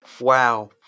Wow